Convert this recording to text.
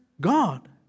God